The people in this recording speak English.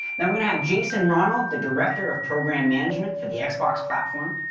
then we're gonna have jason ronald, the director of program management for the xbox platform.